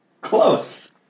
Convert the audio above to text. Close